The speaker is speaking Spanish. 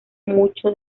mucho